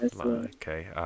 Okay